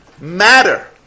matter